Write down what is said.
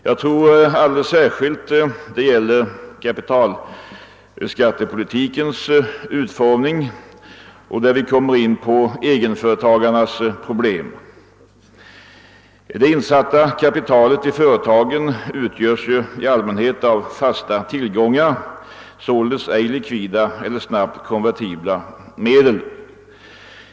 Jag tror att detta alldeles särskilt gäller kapitalskattepolitikens utformning och när vi kommer in på egenföretagarnas problem. Det insatta kapitalet i företagen utgörs i allmänhet av fasta tillgångar, således ej likvida eller snabbt konvertibla medel.